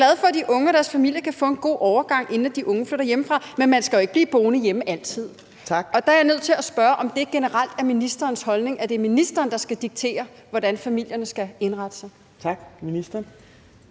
»Jeg er glad for, at de unge og deres familie kan få en god overgang, inden at de unge flytter hjemmefra. Men man skal jo ikke blive boende hjemme altid«. Der er jeg nødt til at spørge, om det generelt er ministerens holdning, at det er ministeren, der skal diktere, hvordan familierne skal indrette sig. Kl.